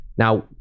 Now